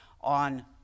on